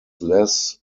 less